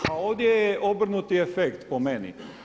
A ovdje je obrnuti efekt, po meni.